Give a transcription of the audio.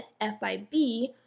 F-I-B